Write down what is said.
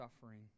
suffering